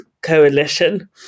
coalition